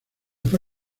fue